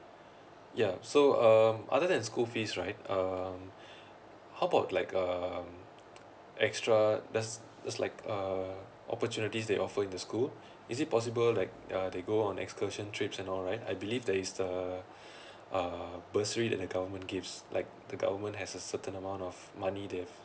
yup so um other than school fees right um how about like um extra there's there's like uh opportunities they offer in the school is it possible like uh they go on excursion trips and all right I believe there is the uh bursary that the government gives like the government has a certain amount of money they've